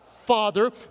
father